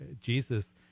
jesus